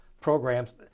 programs